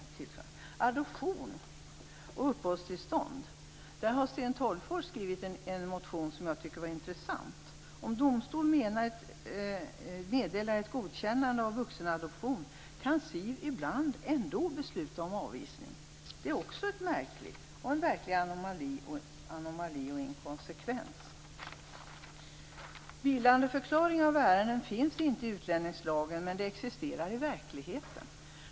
När det gäller adoption och uppehållstillstånd har Sten Tolgfors skrivit en motion som jag tycker är intressant. Om en domstol meddelar ett godkännande av vuxenadoption kan SIV ibland ändå besluta om avvisning. Det är också märkligt. Det är en verklig anomali och inkonsekvens. Vilandeförklaring av ärenden finns inte i utlänningslagen men existerar i verkligheten.